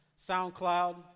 SoundCloud